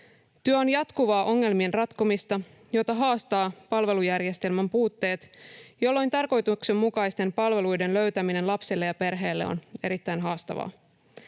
Työ on jatkuvaa ongelmien ratkomista, jota haastavat palvelujärjestelmän puutteet, jolloin tarkoituksenmukaisten palveluiden löytäminen lapselle ja perheelle on erittäin haastavaa.